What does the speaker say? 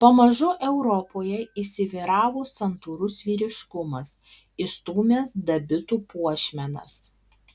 pamažu europoje įsivyravo santūrus vyriškumas išstūmęs dabitų puošmenas